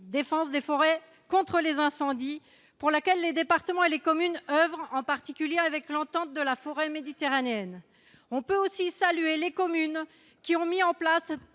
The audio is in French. défense des forêts contre les incendies, pour laquelle les départements et les communes devront en particulier avec l'entente de la forêt méditerranéenne, on peut aussi saluer les communes qui ont mis en place